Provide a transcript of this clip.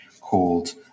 called